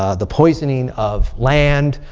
ah the poisoning of land.